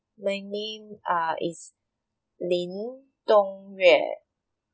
my name uh is Lin Dong Yue